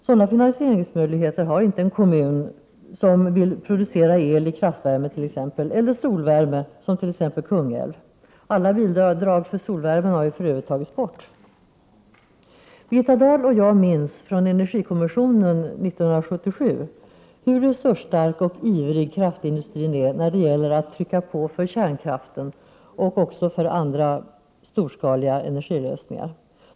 Sådana finansieringsmöjligheter har inte en kommun som vill t.ex. producera el i kraftvärmeverken eller satsa på solvärme, som Kungälv. Alla bidrag för solvärme har för övrigt tagits bort. Birgitta Dahl och jag minns från energikommissionen 1977 hur resursstark och ivrig kraftindustrin är när det gäller att trycka på för kärnkraften och andra storskaliga energilösningar.